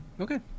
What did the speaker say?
okay